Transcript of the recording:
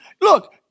look